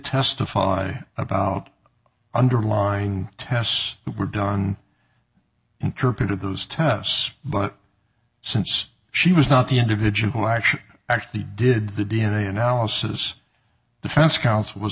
testify about underlying tests were done interpreted those terms but since she was not the individual who actually did the d n a analysis defense counsel was